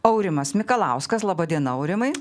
aurimas mikalauskas laba diena aurimai